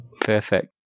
Perfect